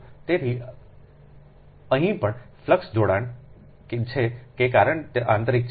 તેથી અહીં પણ ફ્લક્સ જોડાણ છે કારણ કે તે આંતરિક છે